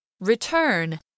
Return